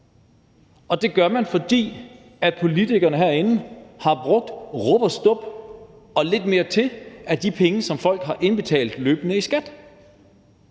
og det gør man, fordi politikerne herinde har brugt rub og stub og lidt mere til af de penge, som folk løbende har indbetalt i skat.